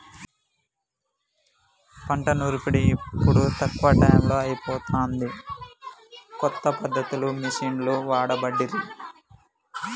పంట నూర్పిడి ఇప్పుడు తక్కువ టైములో అయిపోతాంది, కొత్త పద్ధతులు మిషిండ్లు వాడబట్టిరి